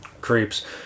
creeps